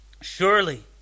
Surely